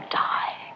die